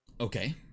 Okay